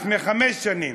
לפני חמש שנים,